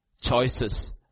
choices